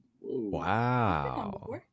Wow